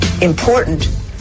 important